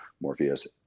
Morpheus